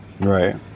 Right